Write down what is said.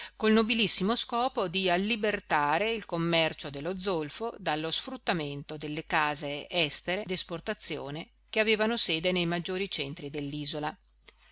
col nobilissimo scopo di allibertare il commercio dello zolfo dallo sfruttamento delle case estere d'esportazione che avevano sede nei maggiori centri